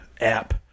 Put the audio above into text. app